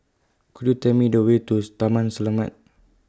Could YOU Tell Me The Way to Taman Selamat